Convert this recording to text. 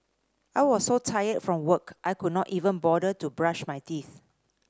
I was so tired from work I could not even bother to brush my teeth